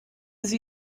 sie